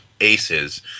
aces